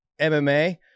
MMA